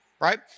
right